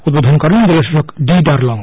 উদ্বোধন করেন জেলাশাসক ডি দারলং